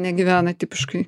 negyvena tipiškai